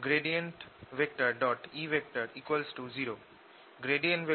E0 E B∂t B 0 Bµ00E∂t ∂tB E 2E ∂tµ00E∂t 2E